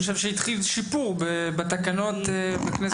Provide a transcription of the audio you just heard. התחיל שיפור בתקנות בכנסת ה-2023.